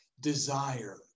Desire